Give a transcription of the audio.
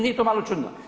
Nije to malo čudno.